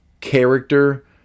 character